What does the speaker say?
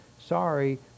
sorry